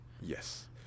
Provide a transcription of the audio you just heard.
Yes